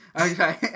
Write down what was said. okay